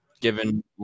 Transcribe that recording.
Given